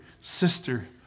sister